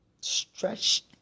Stretched